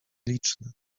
liczne